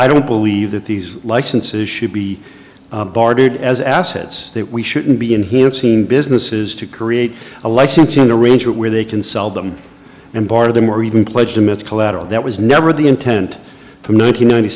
i don't believe that these licenses should be boarded as assets that we shouldn't be in here seem business is to create a licensing arrangement where they can sell them and bar them or even pledge them it's collateral that was never the intent from ninety ninety